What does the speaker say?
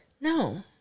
No